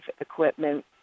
equipment